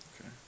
Okay